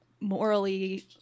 morally